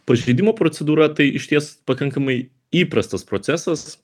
pažeidimo procedūra tai išties pakankamai įprastas procesas